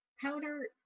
Powder